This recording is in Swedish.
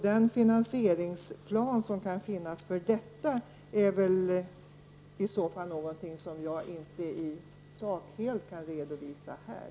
Den finansieringsplan som kan finnas för detta är väl i så fall något som jag inte i sak helt kan redovisa här.